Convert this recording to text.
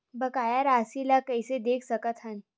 बकाया राशि ला कइसे देख सकत हान?